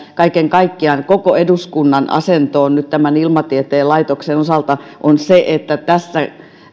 kaiken kaikkiaan nyt koko eduskunnan asentoon tämän ilmatieteen laitoksen osalta mikä on se että tässä